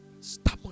stop